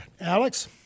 Alex